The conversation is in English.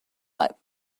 light